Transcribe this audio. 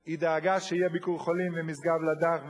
היא דאגה שיהיו "ביקור חולים" ו"משגב לדך",